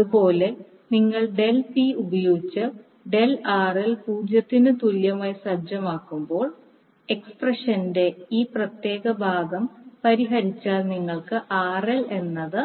അതുപോലെ നിങ്ങൾ del P ഉപയോഗിച്ച് ഡെൽ ആർഎൽ 0 ന് തുല്യമായി സജ്ജമാക്കുമ്പോൾ എക്സ്പ്രഷന്റെ ഈ പ്രത്യേക ഭാഗം പരിഹരിച്ചാൽ നിങ്ങൾക്ക് RL എന്നത്